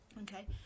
okay